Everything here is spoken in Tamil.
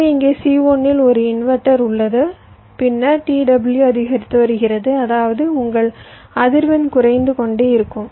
எனவே இங்கே C1 இல் ஒரு இன்வெர்ட்டர் உள்ளது பின்னர் t w அதிகரித்து வருகிறது அதாவது உங்கள் அதிர்வெண் குறைந்து கொண்டே இருக்கும்